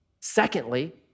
Secondly